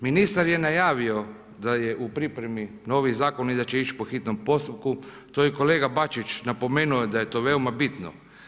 Ministar je najavio da je u pripremi novi zakon i da će ići po hitnom postupku, to je kolega Bačić napomenuo da je to veoma bitno.